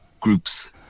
groups